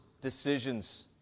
decisions